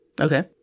Okay